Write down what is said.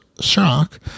shock